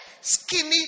skinny